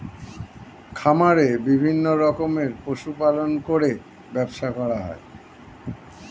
খামারে বিভিন্ন রকমের পশু পালন করে ব্যবসা করা হয়